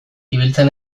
ibiltzen